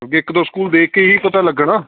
ਕਿਉਂਕਿ ਇੱਕ ਦੋ ਸਕੂਲ ਦੇਖ ਕੇ ਹੀ ਪਤਾ ਲੱਗਣਾ